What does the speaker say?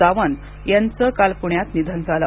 सावंत यांचं काल पुण्यात निधन झालं